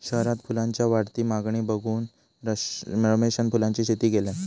शहरात फुलांच्या वाढती मागणी बघून रमेशान फुलांची शेती केल्यान